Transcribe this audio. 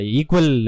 equal